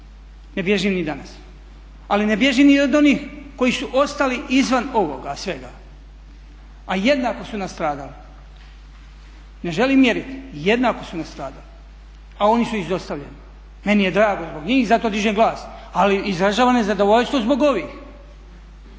ne bježim ni danas. Ali ne bježim ni od onih koji su ostali izvan ovoga svega, a jednako su nastradala. Ne želim mjeriti, jednako su nastradala, a oni su izostavljeni. Meni je drago zbog njih i zato dižem glas. Ali izražavam nezadovoljstvo zbog ovih,